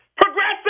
Progressive